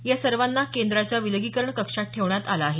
या सर्वांना केंद्राच्या विगीकरण कक्षात ठेवण्यात आलं आहे